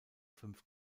fünf